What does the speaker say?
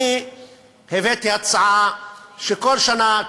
אני הבאתי הצעה שכל שנה,